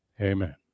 Amen